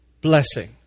blessing